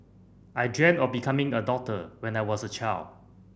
I dreamt of becoming a doctor when I was a child